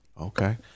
okay